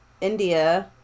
India